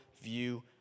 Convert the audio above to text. view